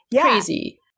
crazy